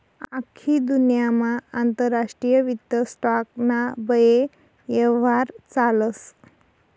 आख्खी दुन्यामा आंतरराष्ट्रीय वित्त स्टॉक ना बये यव्हार चालस